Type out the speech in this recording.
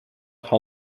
how